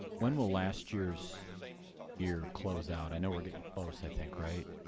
when will last year's year close out? i know we're getting close i think, right?